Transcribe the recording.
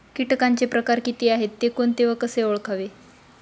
किटकांचे प्रकार किती आहेत, ते कोणते व कसे ओळखावे?